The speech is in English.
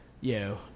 Yo